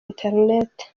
internet